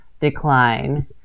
decline